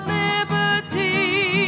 liberty